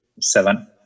seven